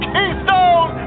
Keystone